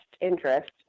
interest